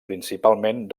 principalment